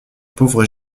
pauvre